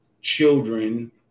children